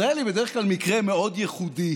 ישראל היא בדרך כלל מקרה מאוד ייחודי,